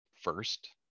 first